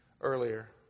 earlier